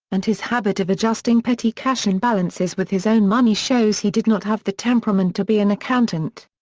and his habit of adjusting petty cash imbalances with his own money shows he did not have the temperament to be an accountant.